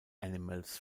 animals